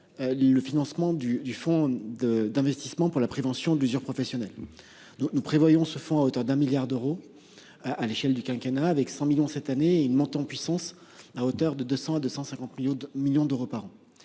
le financement du fonds d'investissement dans la prévention de l'usure professionnelle. Nous prévoyons d'abonder ce fonds à hauteur de 1 milliard d'euros à l'échelle du quinquennat, avec 100 millions cette année et une montée en puissance à hauteur de 200 millions à 250 millions d'euros par an.